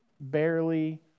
barely